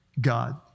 God